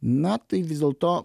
na tai vis dėlto